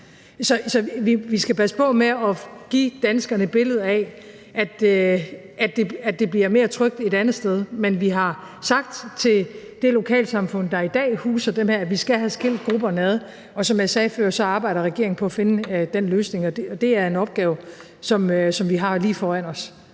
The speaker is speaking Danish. Så vi skal passe på med at give danskerne et billede af, at det bliver mere trygt et andet sted. Men vi har sagt til det lokalsamfund, der i dag huser dem, at vi skal have skilt grupperne ad, og som jeg sagde før, arbejder regeringen på at finde den løsning, og det er en opgave, som vi har lige foran os.